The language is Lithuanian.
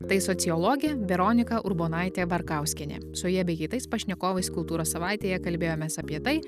tai sociologė veronika urbonaitė barkauskienė su ja bei kitais pašnekovais kultūros savaitėje kalbėjomės apie tai